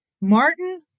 Martin